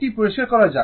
এটা পরিষ্কার করা যাক